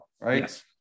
right